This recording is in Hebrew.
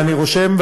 ואני רושם,